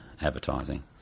advertising